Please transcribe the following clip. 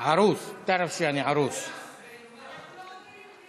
את יודעת מה זה "ערוס"?) אנחנו לא מבינים,